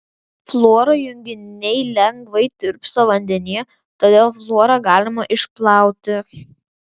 fluoro junginiai lengvai tirpsta vandenyje todėl fluorą galima išplauti